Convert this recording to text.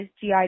GI